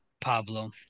Pablo